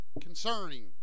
concerning